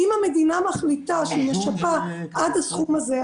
אם המדינה מחליטה שהיא משפה עד הסכום הזה,